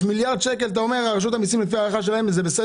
יש מיליארד שקל לפי הערכה של רשות המיסים.